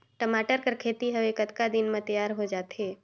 टमाटर कर खेती हवे कतका दिन म तियार हो जाथे?